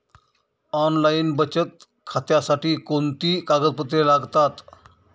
Online बचत खात्यासाठी कोणती कागदपत्रे लागतात?